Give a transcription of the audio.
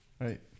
right